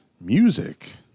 music